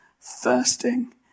thirsting